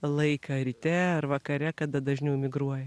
laiką ryte ar vakare kada dažniau migruoja